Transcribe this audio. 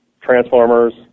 transformers